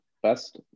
best